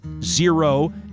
zero